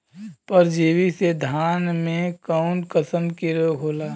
परजीवी से धान में कऊन कसम के रोग होला?